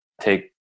take